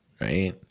right